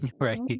right